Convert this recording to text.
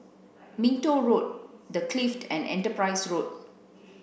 Minto Road The Clift and Enterprise Road